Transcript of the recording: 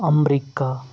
America